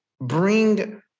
bring